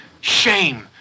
shame